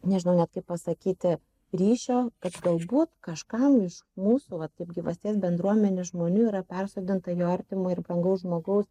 nežinau net kaip pasakyti ryšio kad galbūt kažkam iš mūsų va taip gyvasties bendruomenės žmonių yra persodinta jo artimo ir brangaus žmogaus